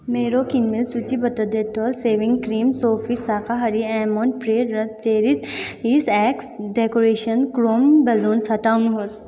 मेरो किनमेल सूचीबाट डेटोल सेभिङ क्रिम सोफिट शाकाहारी आमोन्ड पेय र चेरिस एक्स डेकोरेसन क्रोम बेलुन्स हटाउनुहोस्